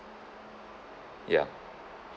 ya